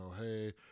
hey